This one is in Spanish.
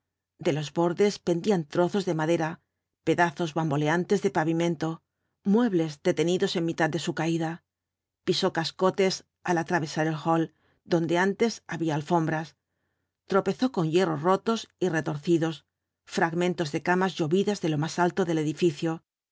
de los bordes pendían trozos de madera pedazos bamboleantes de pavimento muebles detenidos en mitad de su caída pisó cascotes al atravesar el hall donde antes había alfombras tropezó con hierros rotos y retorcidos fragmentos de camas llovidas de lo más alto del edificio